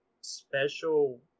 special